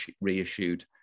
reissued